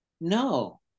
no